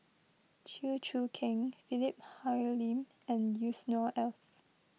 Chew Choo Keng Philip Hoalim and Yusnor Ef